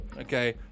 Okay